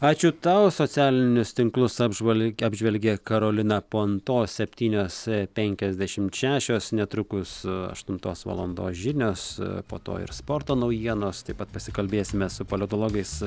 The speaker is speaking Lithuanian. ačiū tau socialinius tinklus apžvalgi apžvelgė karolina ponto septynios penkiasdešimt šešios netrukus aštuntos valandos žinios po to ir sporto naujienos taip pat pasikalbėsime su politologais